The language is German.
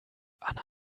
anna